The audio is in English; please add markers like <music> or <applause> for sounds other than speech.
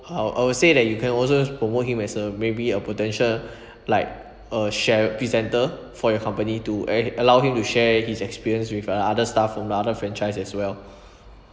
uh I would say that you can also promote him as a maybe a potential <breath> like a share presenter for your company to a allow him to share his experience with the other staff from other franchise as well